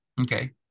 Okay